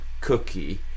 cookie